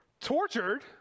tortured